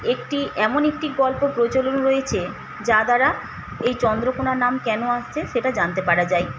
একটি এমন একটি গল্প প্রচলন রয়েছে যা দ্বারা এই চন্দ্রকোনা নাম কেন আসছে সেটা জানতে পারা যায়